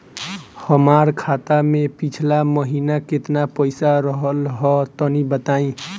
हमार खाता मे पिछला महीना केतना पईसा रहल ह तनि बताईं?